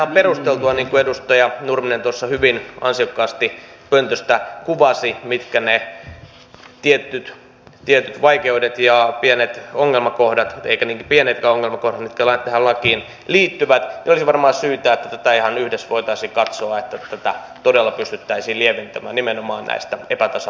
on varmaan ihan perustelua niin kuin edustaja nurminen tuossa hyvin ansiokkaasti pöntöstä kuvasi mitkä ne tietyt vaikeudet ja pienet ongelmakohdat eivätkä niin pienetkään ongelmakohdat ovat mitkä tähän lakiin liittyvät ja olisi varmaan syytä että tätä ihan yhdessä voitaisiin katsoa että tätä todella pystyttäisiin lieventämään nimenomaan näistä epätasa arvoisista syistä